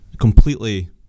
completely